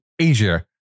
Asia